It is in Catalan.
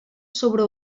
sobre